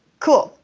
cool.